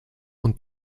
und